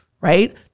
right